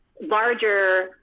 larger